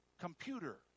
computer